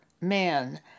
men